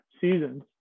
seasons